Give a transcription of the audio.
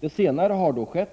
Det senare har skett.